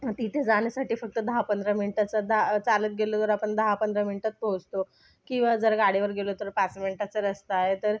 तिथे जाण्यासाठी फक्त दहा पंधरा मिनटाचा दा चालत गेलो तर आपण दहा पंधरा मिनटात पोहोचतो किंवा जर गाडीवर गेलो तर पाच मिनटाचा रस्ता आहे तर